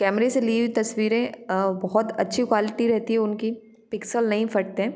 कैमरे से ली हुई तस्वीरें अ बहुत अच्छी क्वालिटी रहती है उनकी पिक्सेल नहीं फटते हैं